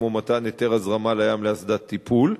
כמו מתן היתר הזרמה לים לאסדת טיפול.